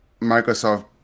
Microsoft